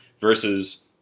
Versus